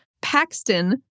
Paxton